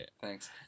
thanks